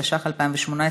התשע"ח 2018,